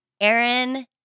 Aaron